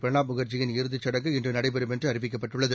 பிரணாப் முகர்ஜி இறுதிச் சடங்கு இன்று நடைபெறும் என்று அறிவிக்கப்பட்டுள்ளது